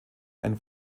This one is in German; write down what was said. ein